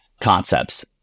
concepts